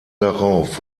darauf